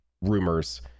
rumors